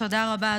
תודה רבה.